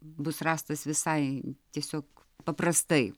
bus rastas visai tiesiog paprastai